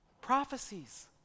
Prophecies